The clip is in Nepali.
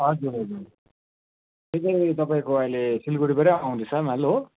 हजुर हजुर त्यो चाहिँ तपाईँको अहिले सिलगडीबाटै आउँदैछ माल हो